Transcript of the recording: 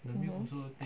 mmhmm